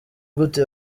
gute